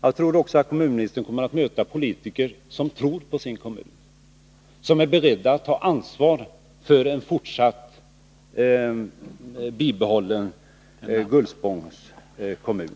Jag tror också att kommunministern kommer att möta politiker som tror på sin kommun, som är beredda att ta ansvar för en fortsatt bibehållen Gullspångs kommun.